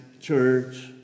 church